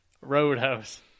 Roadhouse